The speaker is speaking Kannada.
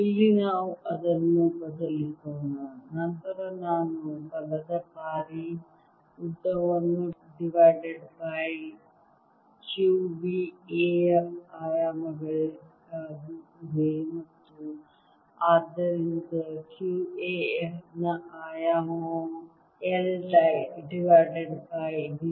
ಇಲ್ಲಿ ನಾವು ಅದನ್ನು ಬದಲಿಸೋಣ ನಂತರ ನಾನು ಬಲದ ಬಾರಿ ಉದ್ದವನ್ನು ಡಿವೈಡೆಡ್ ಬೈ qv A ಯ ಆಯಾಮಗಳಾಗಿ ಇವೆ ಮತ್ತು ಆದ್ದರಿಂದ q A F ನ ಆಯಾಮ L ಡಿವೈಡೆಡ್ ಬೈ v